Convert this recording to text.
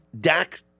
Dak